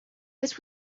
this